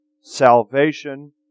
Salvation